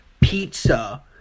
pizza